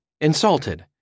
insulted